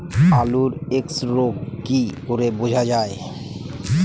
আলুর এক্সরোগ কি করে বোঝা যায়?